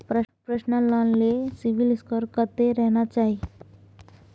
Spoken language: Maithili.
पर्सनल लोन ले सिबिल स्कोर कत्ते रहना चाही?